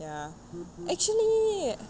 ya actually